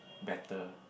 better